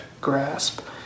grasp